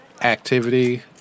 activity